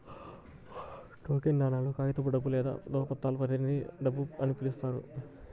token నాణేలు, కాగితపు డబ్బు లేదా ధ్రువపత్రాలను ప్రతినిధి డబ్బు అని పిలుస్తారు